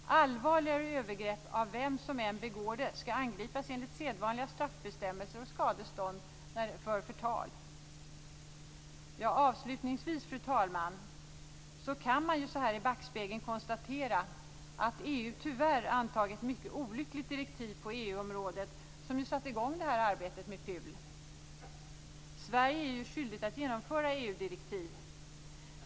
Allvarligare övergrepp, vem som än begår dem, skall angripas enligt sedvanliga straffbestämmelser och med skadestånd för förtal. Avslutningsvis, fru talman, kan man ju så här i backspegeln konstatera att EU tyvärr har antagit ett mycket olyckligt direktiv på EU-området som ju satte i gång detta arbete med PUL. Sverige är ju skyldigt att genomföra EU-direktiv.